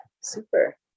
super